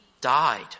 died